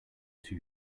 too